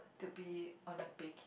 to be on a baking